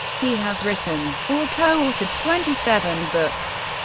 he has written or co-authored twenty seven books.